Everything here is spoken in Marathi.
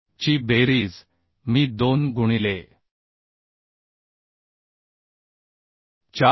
ची बेरीज मी 2 गुणिले 4